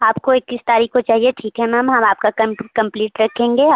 आपको इक्कीस तारीख को चाहिए ठीक है मैम हम आपका कंप कंप्लीट रखेंगे